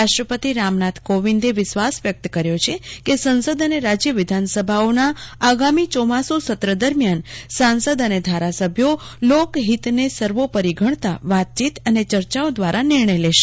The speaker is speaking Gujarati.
રાષ્ટ્રપતિ રામનાથ કોવિંદે વિશ્વાસ વ્યક્ત કર્યો છે કે સંસદ અને રાજ્ય વિધાનસભાઓના આગામી ચોમાસુ સત્ર દરમિયાન સાંસદ અને ધારાસભ્યો લોકહિતને સર્વોપરી ગણતા વાતચીત અને ચર્ચાઓ દ્વારા નિર્ણય લેશે